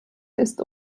ist